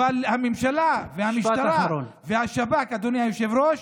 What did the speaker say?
אבל הממשלה והמשטרה והשב"כ, אדוני היושב-ראש,